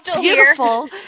beautiful